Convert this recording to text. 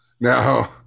now